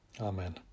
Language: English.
Amen